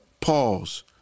Pause